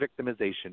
victimization